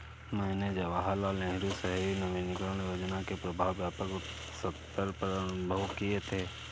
मैंने जवाहरलाल नेहरू शहरी नवीनकरण योजना के प्रभाव व्यापक सत्तर पर अनुभव किये थे